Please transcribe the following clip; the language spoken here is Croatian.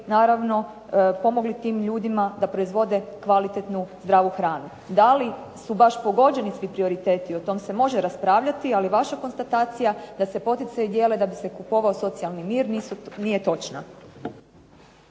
naravno pomogli tim ljudima da proizvode kvalitetnu zdravu hranu. Da li su baš pogođeni svi prioriteti o tom se može raspravljati, ali vaša konstatacija da se poticaji dijele da bi se kupovao socijalni mir nije točna.